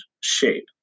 shape